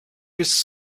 bis